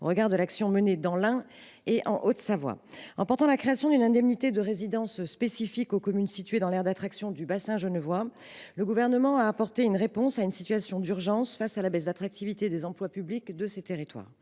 au regard de l’action menée dans l’Ain et en Haute Savoie. En portant la création d’une indemnité de résidence spécifique aux communes situées dans l’aire d’attraction du bassin genevois, le Gouvernement a apporté une réponse à une situation d’urgence, face à la baisse d’attractivité des emplois publics de ces territoires.